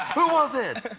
who was it?